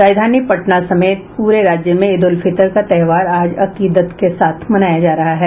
राजधानी पटना समेत पूरे राज्य में ईद उल फितर का त्योहार आज अकीदत के साथ मनाया जा रहा है